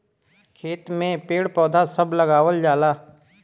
खेत में पेड़ पौधा सभ लगावल जाला